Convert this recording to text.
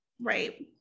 Right